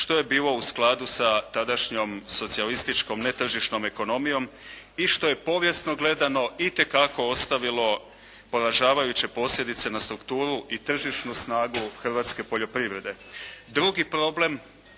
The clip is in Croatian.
što je bilo u skladu sa tadašnjom socijalističkom netržišnom ekonomijom i što je povijesno gledano itekako ostavilo poražavajuće posljedice na strukturu i tržišnu snagu hrvatske poljoprivrede. Drugi problem